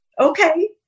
Okay